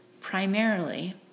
primarily